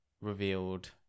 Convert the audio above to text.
revealed